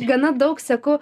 gana daug seku